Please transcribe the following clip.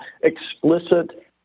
explicit